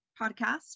podcast